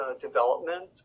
development